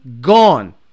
gone